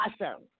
awesome